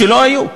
שלא היו,